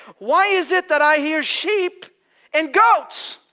why is it that i hear sheep and goats